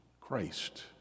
Christ